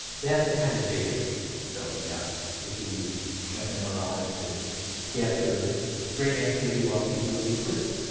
that's the kind of data that we have if we use fmri to capture brain activity while people read words.